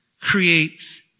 creates